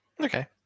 Okay